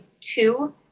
two